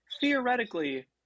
Theoretically